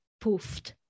poofed